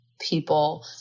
people